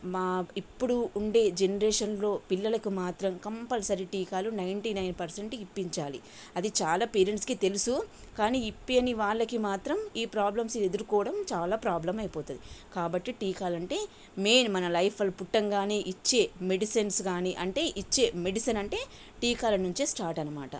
మా ఇప్పుడు ఉండే జనరేషన్లో పిల్లలకు మాత్రం కంపల్సరీ టీకాలు నైంటీ నైన్ పర్సెంట్ ఇప్పించాలి అది చాలా పేరెంట్స్కి తెలుసు కానీ ఇప్పించని వాళ్ళకి మాత్రం ఈ ప్రాబ్లమ్స్ ఎదుర్కోవడం చాలా ప్రాబ్లం అయిపోతుంది కాబట్టి టీకాలుంటే మెయిన్ మన లైఫ్లో పుట్టగానే ఇచ్చే మెడిసిన్స్ కానీ అంటే ఇచ్చే మెడిసిన్ అంటే టీకాల నుండే స్టార్ట్ అన్నమాట